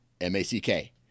M-A-C-K